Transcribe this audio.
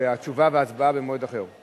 התשובה וההצבעה במועד אחר.